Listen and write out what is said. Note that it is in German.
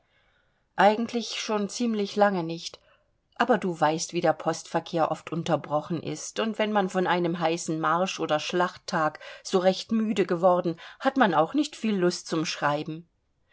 eigentlich schon ziemlich lange nicht aber du weißt wie der postverkehr oft unterbrochen ist und wenn man von einem heißen marsch oder schlachttag so recht müde geworden hat man auch nicht viel lust zum schreiben